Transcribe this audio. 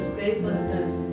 faithlessness